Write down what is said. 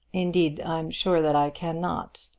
indeed i'm sure that i cannot.